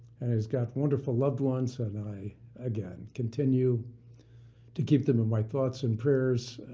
and he's got wonderful loved ones, and i again continue to keep them in my thoughts and prayers.